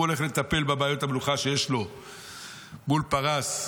הוא הולך לטפל בבעיות המלוכה שיש לו מול פרס,